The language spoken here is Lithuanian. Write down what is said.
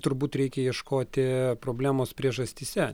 turbūt reikia ieškoti problemos priežastyse